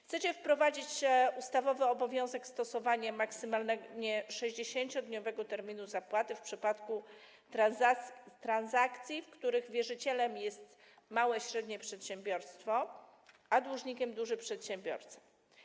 Chcecie wprowadzić ustawowy obowiązek stosowania maksymalnie 60-dniowego terminu zapłaty w przypadku transakcji, w których wierzycielem jest małe, średnie przedsiębiorstwo, a dłużnikiem - duży przedsiębiorca.